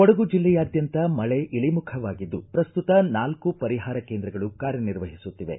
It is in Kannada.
ಕೊಡಗು ಜಿಲ್ಲೆಯಾದ್ಯಂತ ಮಳೆ ಇಳಿಮುಖವಾಗಿದ್ದು ಪ್ರಸ್ತುತ ನಾಲ್ಕು ಪರಿಹಾರ ಕೇಂದ್ರಗಳು ಕಾರ್ಯನಿರ್ವಹಿಸುತ್ತಿವೆ